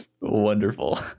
Wonderful